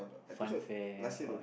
funfair or what